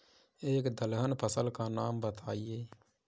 एक दलहन फसल का नाम बताइये